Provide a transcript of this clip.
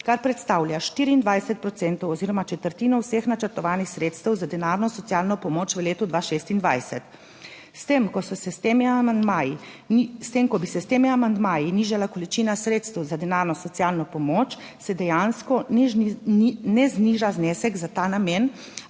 kar predstavlja 24 procentov oziroma četrtino vseh načrtovanih sredstev za denarno socialno pomoč v letu 2026. S tem, ko bi se s temi amandmaji nižala količina sredstev za denarno socialno pomoč, se dejansko ne zniža znesek za ta namen,